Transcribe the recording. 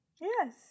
Yes